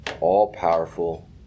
all-powerful